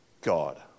God